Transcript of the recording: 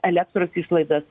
elektros išlaidas